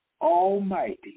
Almighty